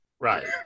Right